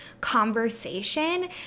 conversation